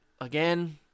Again